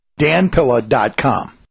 danpilla.com